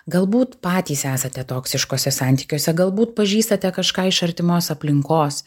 galbūt patys esate toksiškuose santykiuose galbūt pažįstate kažką iš artimos aplinkos